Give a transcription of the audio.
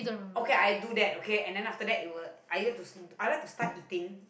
okay I do that okay and then after that you will aye I like to start eating